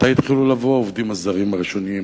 מתי התחילו לבוא העובדים הזרים הראשונים,